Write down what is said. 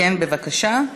בבקשה.